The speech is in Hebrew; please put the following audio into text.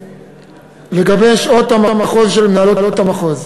לגבי שעות המחוז של מנהלות המחוז.